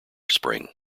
spring